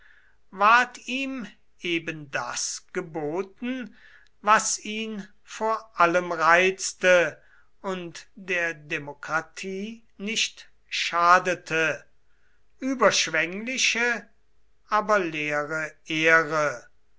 ward ihm ebendas geboten was ihn vor allem reizte und der demokratie nicht schadete überschwengliche aber leere ehre